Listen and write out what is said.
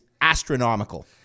astronomical